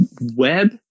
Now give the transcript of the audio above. web